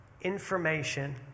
information